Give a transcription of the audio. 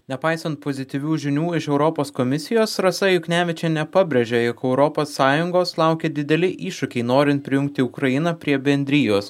nepaisant pozityvių žinių iš europos komisijos rasa juknevičienė pabrėžia jog europos sąjungos laukia dideli iššūkiai norint prijungti ukrainą prie bendrijos